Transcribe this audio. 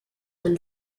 when